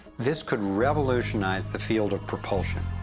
this could revolutionize the field of propulsion.